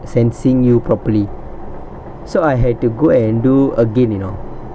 sensing you properly so I had to go and do again you know